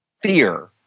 fear